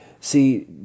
See